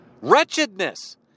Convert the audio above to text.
wretchedness